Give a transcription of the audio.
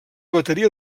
bateria